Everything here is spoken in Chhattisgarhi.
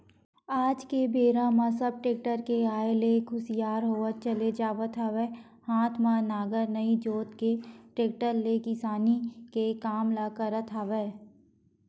आज के बेरा म सब टेक्टर के आय ले अब सुखियार होवत चले जावत हवय हात म नांगर नइ जोंत के टेक्टर ले किसानी के काम ल करत हवय